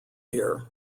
here